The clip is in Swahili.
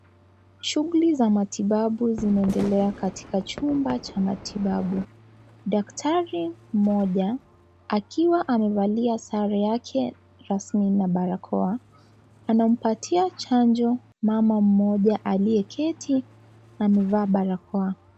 Shughuli za matibabu zinaendelea katika chumba cha matibabu. Daktari mmoja akiwa amevalia sare yake rasmi na barakoa, anampatia chanjo mama mmoja alieketi na ameva barakoa.